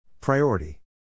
Priority